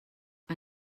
que